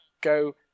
go